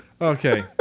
Okay